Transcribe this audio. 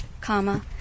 comma